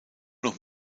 noch